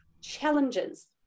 Challenges